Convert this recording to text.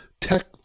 tech